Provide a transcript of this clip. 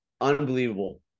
unbelievable